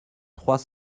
trois